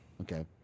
okay